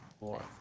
More